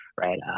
Right